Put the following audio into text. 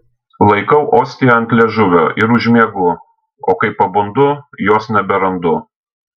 laikau ostiją ant liežuvio ir užmiegu o kai pabundu jos neberandu